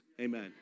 Amen